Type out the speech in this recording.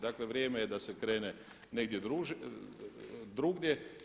Dakle vrijeme je da se krene negdje drugdje.